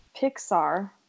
Pixar